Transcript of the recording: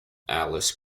alice